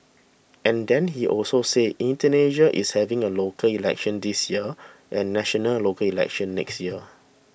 and then he also said Indonesia is having a local elections this year and national elections next year